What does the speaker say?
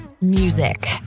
music